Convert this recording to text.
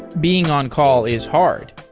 being on-call is hard,